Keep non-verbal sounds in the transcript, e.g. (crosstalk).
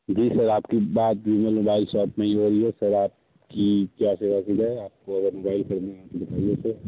जी sir आपकी बात (unintelligible) sir आपकी क्या सेवा की जाए (unintelligible)